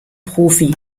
profi